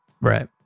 Right